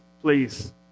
please